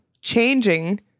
changing